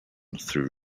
through